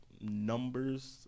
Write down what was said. numbers